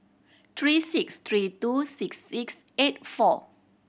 three six three two six six eight four